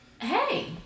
hey